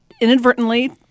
inadvertently